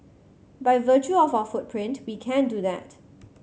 by virtue of our footprint we can do that